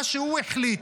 מה שהוא החליט,